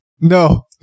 No